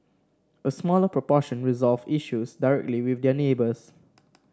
a smaller proportion resolved issues directly with their neighbours